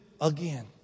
again